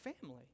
family